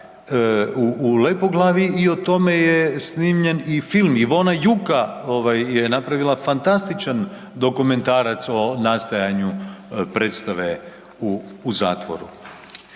u Lepoglavi i o tome je snimljen film, Ivona Juka ovaj je napravila fantastičan dokumentarac o nastajanju predstave u, u zatvoru.